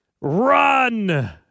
Run